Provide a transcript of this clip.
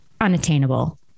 unattainable